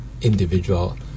individual